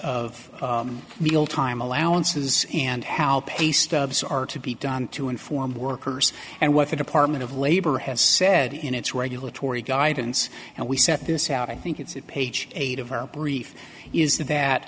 of meal time allowances and how pay stubs are to be done to inform workers and what the department of labor has said in its regulatory guidance and we set this out i think it's at page eight of our brief is